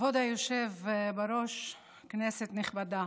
כבוד היושב-ראש, כנסת נכבדה.